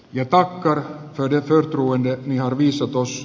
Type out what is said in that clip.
lepakkona tunnetun ruuan ja arvi sokos